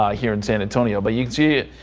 ah here in san antonio, but you can see it.